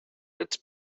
its